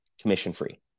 commission-free